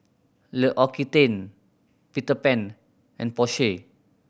L'Occitane Peter Pan and Porsche